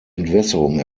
entwässerung